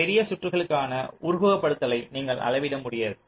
பெரிய சுற்றுகளுக்காக உருவகப்படுத்தலை நீங்கள் அளவிடமுடியாது